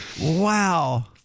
wow